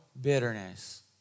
bitterness